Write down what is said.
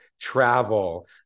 travel